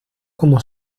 como